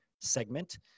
segment